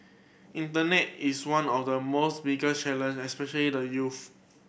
internet is one of the most bigger challenge especially the youth